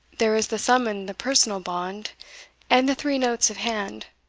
there is the sum in the personal bond and the three notes of hand,